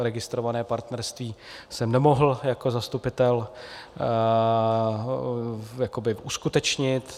Registrované partnerství jsem nemohl jako zastupitel jakoby uskutečnit.